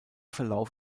verlauf